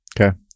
Okay